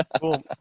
Cool